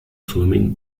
swimming